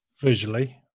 visually